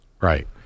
right